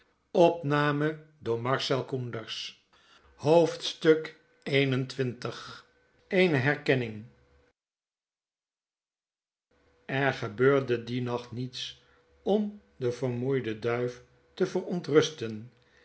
hoofdstuk xxl eene herkenning er gebeurde dien nacht niets om de vermoeide duif te verontrusten